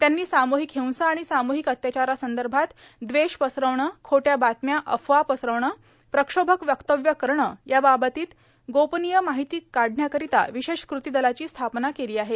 त्यांनी सामूहिक हिंसा आणि साम्हिक अत्याचारासंदर्भात दवेष पसरविणे खोट्या बातम्या अफवा पसरविणे प्रक्षोभक वक्तव्य करणे या बाबतीत गोपनीय माहिती काढण्याकरता विशेष कृती दलाची स्थापना केली आहे